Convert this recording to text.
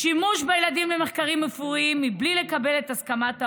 שימוש בילדים למחקרים רפואיים מבלי לקבל את הסכמת ההורים.